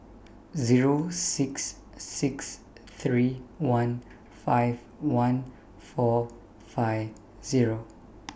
Zero six six three one five one four five Zero